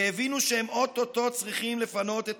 והבינו שהם או-טו-טו צריכים לפנות את